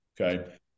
Okay